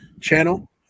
channel